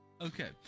Okay